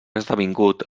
esdevingut